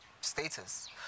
status